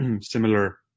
similar